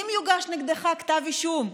אם יוגש נגדך כתב אישום,